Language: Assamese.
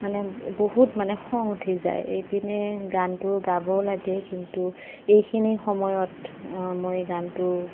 মানে বহুত মানে খং উঠি যায় এইপিনে গানটো গাব লাগে কিন্তু এইখিনি সময়ত মই গানটো